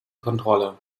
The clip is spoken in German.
kontrolle